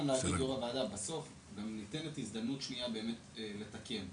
בסוף ניתנת אפשרות שנייה לתקן.